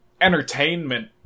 entertainment